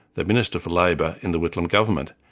the minister for labour in the whitlam government,